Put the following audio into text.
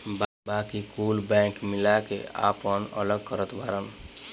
बाकी कुल बैंक मिला के आपन अलग करत बाड़न